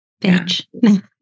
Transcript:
bitch